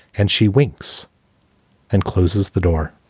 and she winks and closes the door.